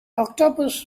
octopus